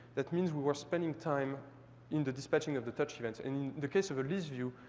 that means we were spending time in the dispatching of the touch events. in the case of a listview,